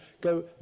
go